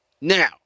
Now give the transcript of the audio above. Now